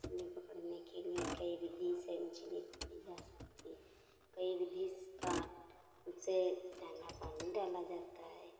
मछली पकड़ने के लिए कई विधियों से मछली पकड़ी जा सकती है कई विधि का जैसे दाना पानी डाला जाता है